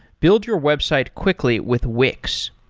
build your website quickly with wix.